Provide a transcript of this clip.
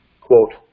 Quote